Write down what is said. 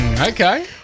Okay